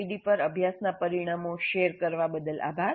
com પર અભ્યાસનાં પરિણામો શેર કરવા બદલ આભાર